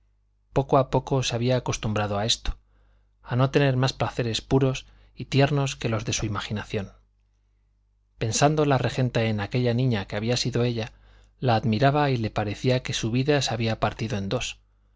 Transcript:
poco a poco se había acostumbrado a esto a no tener más placeres puros y tiernos que los de su imaginación pensando la regenta en aquella niña que había sido ella la admiraba y le parecía que su vida se había partido en dos